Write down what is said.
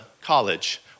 college